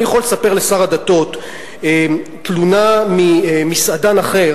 אני יכול לספר לשר הדתות על תלונה ממסעדן אחר